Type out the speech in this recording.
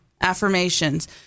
affirmations